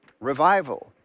revival